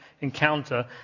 encounter